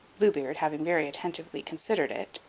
blue beard, having very attentively considered it,